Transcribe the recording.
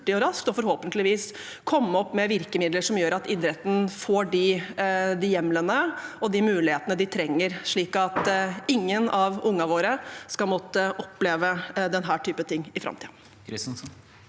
og forhåpentligvis komme opp med virkemidler som gjør at idretten får de hjemlene og mulighetene de trenger, slik at ingen av ungene våre skal måtte oppleve denne typen ting i framtiden.